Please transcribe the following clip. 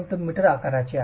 2 metre आकाराचे आहे